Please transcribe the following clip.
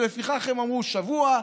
ולפיכך הם אמרו: שבוע,